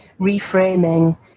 reframing